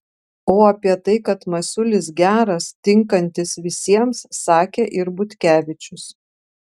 o apie tai kad masiulis geras tinkantis visiems sakė ir butkevičius